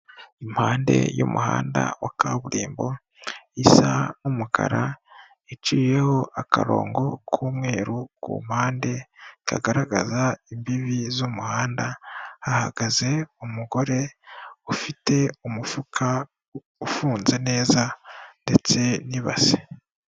Impande y'umuhanda wa kaburimbo isa n'umukara iciyeho akarongo k'umweru ku mpande kagaragaza imbibi z'umuhanda hahagaze umugore ufite umufuka ufunze neza ndetse n'ibase.